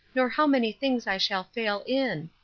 nor how many things i shall fail in.